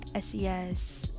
SES